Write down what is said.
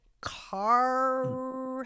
car